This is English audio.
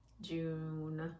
June